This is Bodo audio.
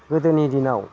गोदोनि दिनाव